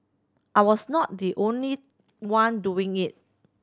I was not the only one doing it